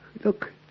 Look